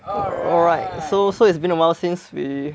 alright so so it's been awhile since we